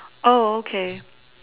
oh okay